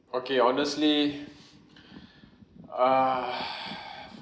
okay honestly uh